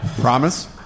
Promise